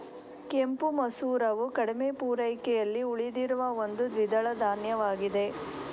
ಕೆಂಪು ಮಸೂರವು ಕಡಿಮೆ ಪೂರೈಕೆಯಲ್ಲಿ ಉಳಿದಿರುವ ಒಂದು ದ್ವಿದಳ ಧಾನ್ಯವಾಗಿದೆ